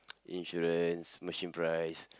insurance machine price